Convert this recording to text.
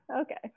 Okay